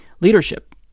leadership